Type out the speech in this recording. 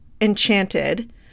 enchanted